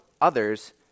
others